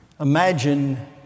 Imagine